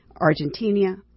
Argentina